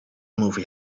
movie